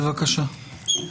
בבקשה.